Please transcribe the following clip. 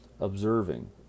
observing